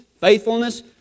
faithfulness